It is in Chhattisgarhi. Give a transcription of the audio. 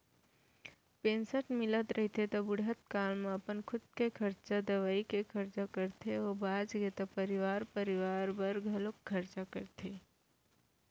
पेंसन मिलत रहिथे त बुड़हत काल म अपन खुदे के खरचा, दवई के खरचा करथे अउ बाचगे त परवार परवार बर घलोक खरचा करथे